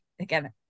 again